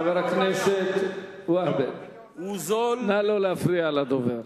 חבר הכנסת והבה, נא לא להפריע לדובר.